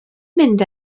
mynd